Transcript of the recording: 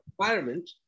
environment